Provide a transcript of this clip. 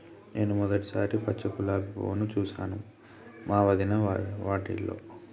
నేను మొదటిసారి పచ్చ గులాబీ పువ్వును చూసాను మా వదిన వాళ్ళింట్లో